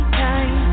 time